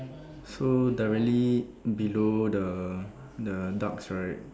so directly below the the ducks right